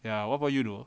ya what about you though